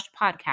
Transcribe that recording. podcast